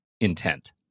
intent